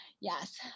yes